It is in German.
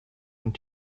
und